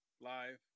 live